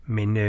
Men